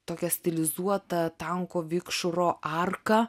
tokią stilizuotą tanko vikšro arką